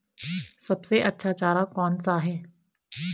सबसे अच्छा चारा कौन सा है?